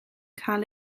cael